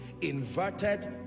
inverted